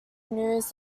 news